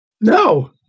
No